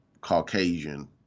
Caucasian